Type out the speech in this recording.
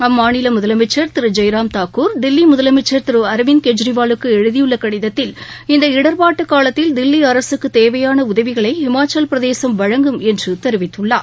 அம்மாநில முதலமைச்சர் திரு ஜெய்ராம் தாக்கூர் தில்லி முதலமைச்சர் திரு அரவிந்த் கெஜ்ரிவாலுக்கு எழுதியுள்ள கடிதத்தில் இந்த இடர்பாட்டுக் காலத்தில் தில்லி அரசுக்குத் தேவையான உதவிகளை ஹிமாச்சலப் பிரதேசம் வழங்கும் என்றும் தெரிவித்துள்ளார்